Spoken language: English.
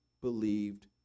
believed